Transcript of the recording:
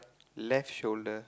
left shoulder